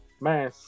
man